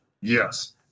Yes